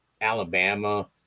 Alabama